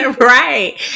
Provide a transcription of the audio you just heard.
Right